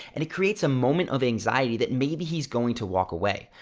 and it creates a moment of anxiety that maybe he's going to walk away.